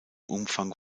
umfang